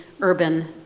urban